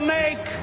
make